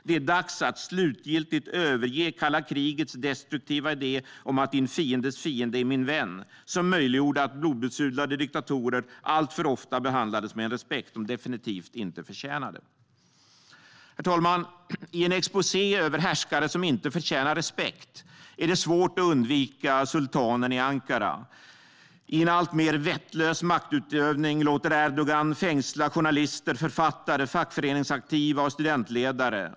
Det är dags att slutgiltigt överge kalla krigets destruktiva idé om att din fiendes fiende är min vän, som möjliggjorde att blodbesudlade diktatorer alltför ofta behandlades med en respekt som de definitivt inte förtjänade. Herr talman! I en exposé över härskare som inte förtjänar respekt är det svårt att undvika sultanen i Ankara. I en alltmer vettlös maktutövning låter Erdogan fängsla journalister, författare, fackföreningsaktiva och studentledare.